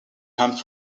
home